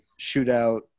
shootout